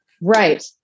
Right